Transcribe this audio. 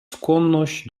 skłonność